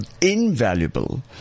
invaluable